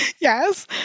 Yes